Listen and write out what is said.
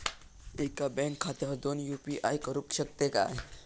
एका बँक खात्यावर दोन यू.पी.आय करुक शकतय काय?